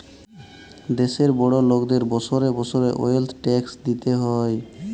দ্যাশের বড় লকদের বসরে বসরে যে ওয়েলথ ট্যাক্স দিতে হ্যয়